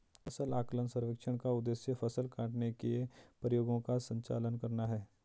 फसल आकलन सर्वेक्षण का उद्देश्य फसल काटने के प्रयोगों का संचालन करना है